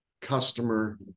customer